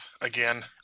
again